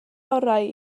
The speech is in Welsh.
orau